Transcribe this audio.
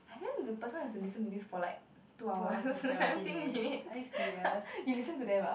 but then the person has to listen to this for like two hours nineteen minutes you listened to them ah